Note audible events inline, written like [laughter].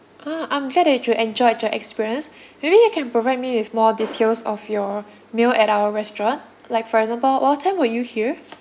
ah I'm glad that you enjoyed your experience [breath] maybe you can provide me with more details of your meal at our restaurant like for example what time were you here